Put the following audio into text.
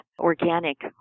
organic